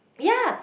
yea